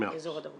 באזור הדרום.